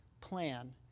plan